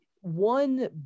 one